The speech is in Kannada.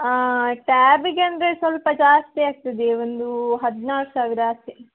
ಹಾಂ ಟ್ಯಾಬಿಗೆ ಅಂದರೆ ಸ್ವಲ್ಪ ಜಾಸ್ತಿ ಆಗ್ತದೆ ಒಂದು ಹದಿನಾಲ್ಕು ಸಾವಿರ ಅಷ್ಟೇ